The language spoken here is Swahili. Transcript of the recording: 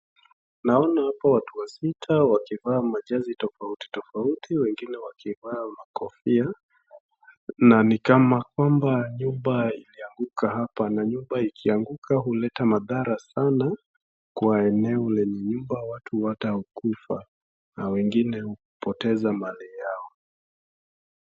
Naona hapo watu wasita wakivaa majezi tofauti tofauti wengine wakivaa makofia na ni kana kwamba nyumba ilianguka hapa na nyumba ikianguka huleta madhara sana kwa eneo lenye nyumba watu ata hukufa na wengine kupoteza ali yao.